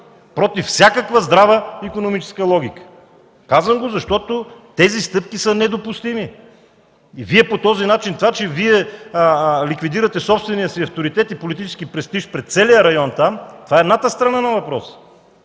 против всякаква здрава икономическа логика. Казвам го, защото тези стъпки са недопустими. Това че Вие ликвидирате собствения си авторитет и политически престиж пред целия район там – това е едната страна на въпроса,